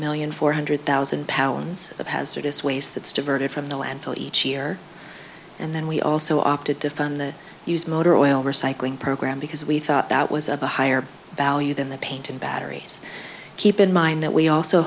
million four hundred thousand pounds of hazardous waste that's diverted from the landfill each year and then we also opted to fund the used motor oil recycling program because we thought that was a higher value than the paint in batteries keep in mind that we also